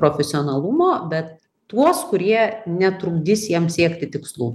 profesionalumo bet tuos kurie netrukdys jam siekti tikslų